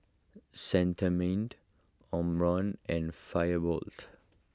Cetrimide Omron and